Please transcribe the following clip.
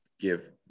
give